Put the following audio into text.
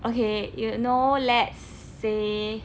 okay you know let's say